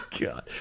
God